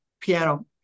piano